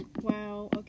wow